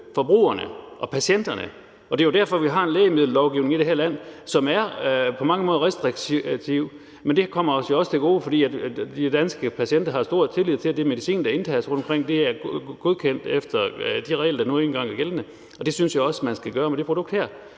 forbrugerne og patienterne, og det er jo derfor, vi har en lægemiddellovgivning i det her land, som på mange måder er restriktiv, men det kommer os jo også til gode, for de danske patienter har stor tillid til, at den medicin, der indtages rundtomkring, er godkendt efter de regler, der nu engang er gældende. Det synes jeg også man skal gøre med det her produkt. Der